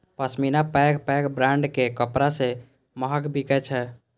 पश्मीना पैघ पैघ ब्रांडक कपड़ा सं महग बिकै छै